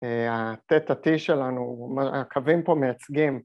‫התת התי שלנו, הקווים פה מייצגים.